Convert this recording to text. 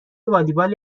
والیبال